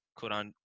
Quran